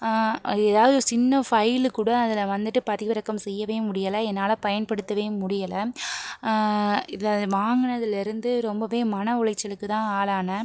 ஏதாவது சின்ன ஃபையில் கூட அதில் வந்துட்டு பதிவிறக்கம் செய்யவே முடியலை என்னால் பயன்படுத்தவே முடியலை இதை வாங்கினதுலிருந்து ரொம்பவே மன உளைச்சலுக்குதான் ஆளாகினேன்